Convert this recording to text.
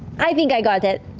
i think i got it.